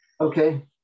Okay